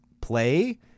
play